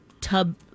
tub